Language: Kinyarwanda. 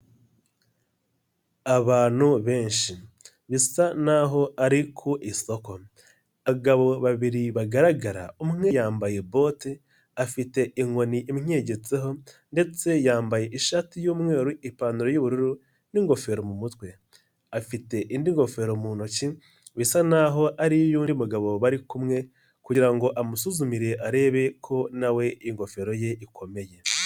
Abantu benshi, bisa n'aho ari ku isoko, abagabo babiri bagaragara, umwe yambaye bote, afite inkoni imwigetseho ndetse yambaye ishati y'umweru, ipantaro y'ubururu n'ingofero mu mutwe, afite indi ngofero mu ntoki, bisa n'aho ari iy'undi mugabo bari kumwe kugira ngo amusuzumire arebe ko na we ingofero ye ikomeye.